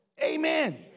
Amen